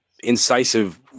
incisive